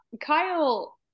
Kyle